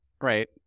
Right